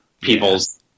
people's